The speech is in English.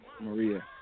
Maria